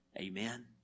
Amen